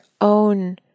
own